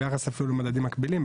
ביחס אפילו למדדים מקבילים,